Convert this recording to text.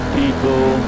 people